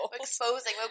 exposing